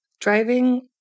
driving